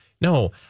no